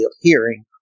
hearing